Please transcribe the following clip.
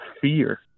fear